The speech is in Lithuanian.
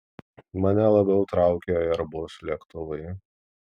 mane labiau traukia airbus lėktuvai